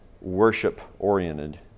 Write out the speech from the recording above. worship-oriented